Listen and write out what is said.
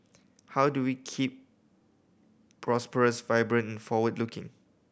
how do we keep prosperous vibrant forward looking